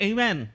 Amen